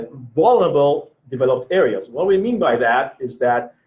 ah vulnerable developed areas. what we mean by that is that,